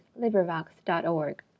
LibriVox.org